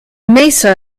mesa